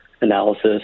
analysis